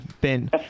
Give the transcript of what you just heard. Ben